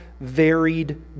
varied